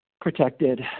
protected